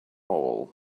all